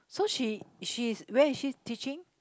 so she she is where is she teaching